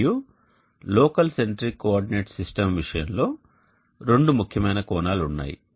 మరియు local centric coordinate system విషయంలో రెండు ముఖ్యమైన కోణాలు ఉన్నాయి